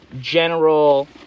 general